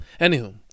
Anywho